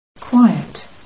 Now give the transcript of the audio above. Quiet